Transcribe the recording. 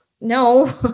no